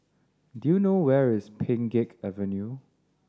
do you know where is Pheng Geck Avenue